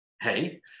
Hey